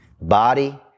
Body